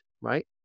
right